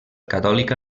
catòlica